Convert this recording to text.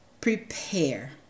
prepare